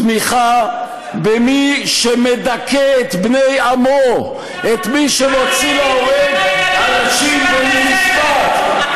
תמיכה במי שמדכא את בני עמו, מי ירה על ילדים בגני